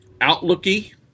outlooky